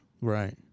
Right